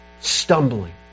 stumbling